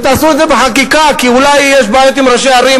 תעשו את זה בחקיקה כי אולי יש בעיות עם ראשי ערים.